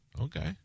okay